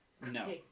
No